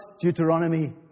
Deuteronomy